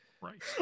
right